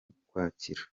ukwakira